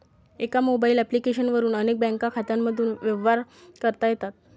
एका mobile application वरून अनेक बँक खात्यांमधून व्यवहार करता येतात